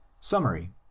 Summary